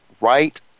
right